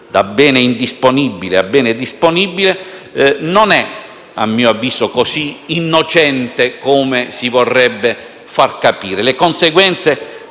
da bene indisponibile a bene disponibile non è così innocente come si vorrebbe far credere.